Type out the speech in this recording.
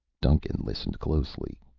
duncan listened closely.